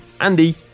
andy